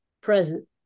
present